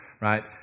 Right